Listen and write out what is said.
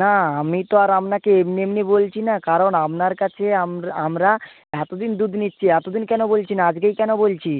না আমি তো আর আপনাকে এমনি এমনি বলছি না কারণ আপনার কাছে আমরা এতো দিন দুধ নিচ্ছি এতো দিন কেন বলছি না আজকেই কেন বলছি